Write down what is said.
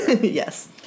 Yes